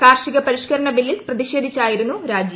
കാർഷിക പരിഷ്ക്കരണ ബില്ലിൽ പ്രതിഷേധിച്ചായിരുന്നു രാജി